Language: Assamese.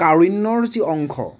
কাৰুণ্যৰ যি অংশ